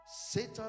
satan